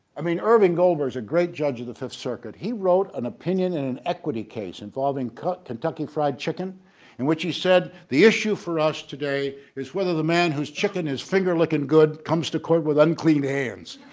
i mean irving gould was a great judge of the fifth circuit he wrote an opinion in an equity case involving kentucky fried chicken in which he said the issue for us today is whether the man whose chicken is finger-lickin good comes to court with unclean hands.